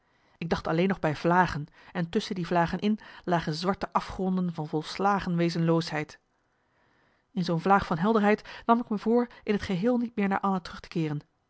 ik dacht alleen nog bij vlagen en tusschen die vlagen in lagen zwarte afgronden van volslagen wezenloosheid in zoo'n vlaag van helderheid nam ik me voor in t geheel niet meer naar anna terug te keeren